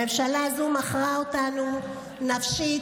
הממשלה הזו מכרה אותנו נפשית,